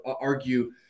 argue